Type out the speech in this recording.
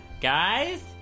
Guys